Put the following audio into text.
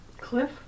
Cliff